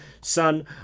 son